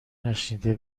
نشنیده